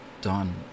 done